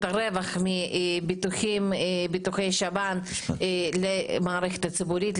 את הרווח מביטוחי שב"ן למערכת הציבורית,